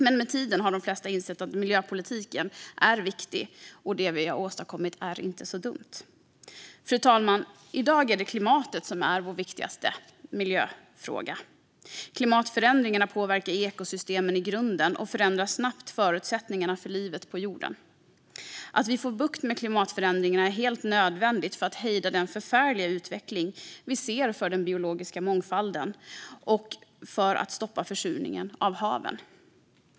Men med tiden har de flesta insett att miljöpolitiken är viktig och att det vi har åstadkommit inte är så dumt. Fru talman! I dag är det klimatet som är vår viktigaste miljöfråga. Klimatförändringarna påverkar ekosystemen i grunden och förändrar snabbt förutsättningarna för livet på jorden. Att vi får bukt med klimatförändringarna är helt nödvändigt för att hejda den förfärliga utveckling vi ser för den biologiska mångfalden och för att stoppa försurningen av haven.